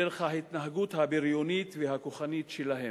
דרך ההתנהגות הבריונית והכוחנית שלהם.